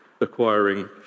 acquiring